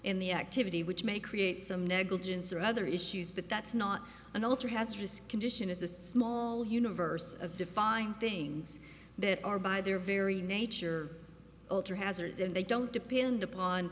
in the activity which may create some negligence or other issues but that's not an alter has risk condition is a small universe of defining things that are by their very nature alter hazard and they don't depend upon